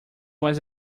was